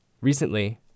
Recently